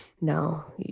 No